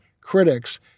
critics